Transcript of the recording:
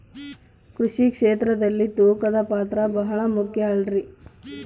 ಕೃಷಿ ಕ್ಷೇತ್ರದಲ್ಲಿ ತೂಕದ ಪಾತ್ರ ಬಹಳ ಮುಖ್ಯ ಅಲ್ರಿ?